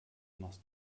machst